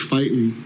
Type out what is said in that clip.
Fighting